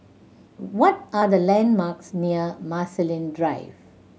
what are the landmarks near Marsiling Drive